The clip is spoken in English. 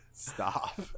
Stop